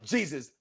Jesus